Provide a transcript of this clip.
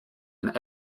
and